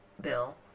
bill